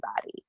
body